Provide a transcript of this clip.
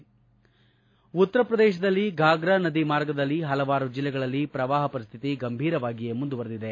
ಪರಶಿವಮೂರ್ತಿ ಉತ್ತರ ಪ್ರದೇಶದಲ್ಲಿ ಫಾಗ್ರಾ ನದಿ ಮಾರ್ಗದಲ್ಲಿ ಹಲವಾರು ಜಿಲ್ಲೆಗಳಲ್ಲಿ ಪ್ರವಾಹ ಪರಿಸ್ಟಿತಿ ಗಂಭೀರವಾಗಿಯೇ ಮುಂದುವರಿದಿದೆ